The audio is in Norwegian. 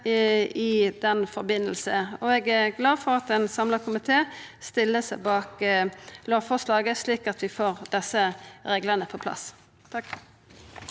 i den forbindelse. Eg er glad for at ein samla komité stiller seg bak lovforslaget, slik at vi får desse reglane på plass.